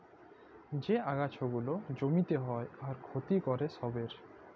যে আগাছা গুলা জমিতে হ্যয় আর ক্ষতি ক্যরে ছবের